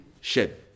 shed